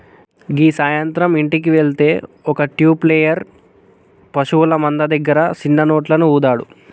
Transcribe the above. గీ సాయంత్రం ఇంటికి వెళ్తే ఒక ట్యూబ్ ప్లేయర్ పశువుల మంద దగ్గర సిన్న నోట్లను ఊదాడు